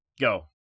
go